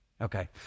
Okay